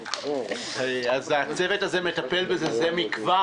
אז הצוות הזה מטפל בזה זה מכבר,